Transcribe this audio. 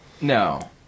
No